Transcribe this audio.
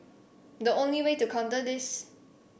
the only way to counter this